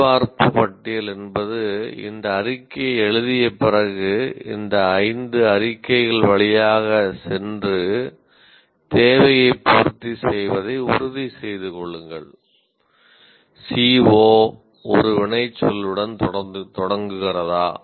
சரிபார்ப்பு பட்டியல் என்பது இந்த அறிக்கையை எழுதிய பிறகு இந்த ஐந்து அறிக்கைகள் வழியாக சென்று தேவையை பூர்த்தி செய்வதை உறுதிசெய்து கொள்ளுங்கள் CO ஒரு வினைச்சொல்லுடன் தொடங்குகிறதா